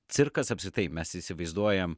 cirkas apskritai mes įsivaizduojam